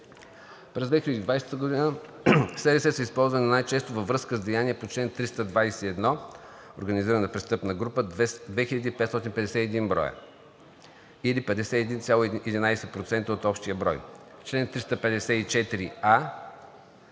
През 2020 г. СРС са използвани най-често във връзка с деяния по чл. 321 – организирана престъпна група – 2551 бр., или 51,11% от общия брой; чл. 354а